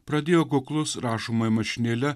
pradėjo kuklus rašomąja mašinėle